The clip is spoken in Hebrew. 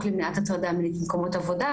למניעת הטרדה מינית במקומות עבודה,